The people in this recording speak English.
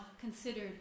considered